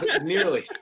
Nearly